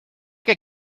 que